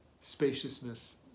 spaciousness